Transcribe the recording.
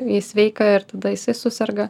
į sveiką ir tada jisai suserga